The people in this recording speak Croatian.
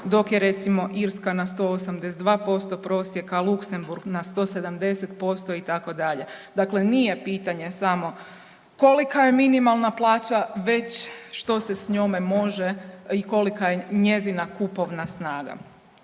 dok je recimo Irska na 182% prosjeka, Luksemburg na 170%, itd., dakle nije pitanje samo kolika je minimalna plaća, već što se s njome može i kolika je njezina kupovna snaga.